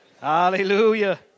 Hallelujah